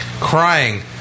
crying